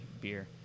beer